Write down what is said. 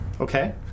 Okay